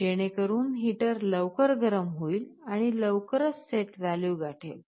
जेणेकरून हीटर लवकर गरम होइल अणि लवकरच सेट वैल्यू गाठेल